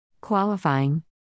Qualifying